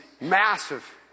massive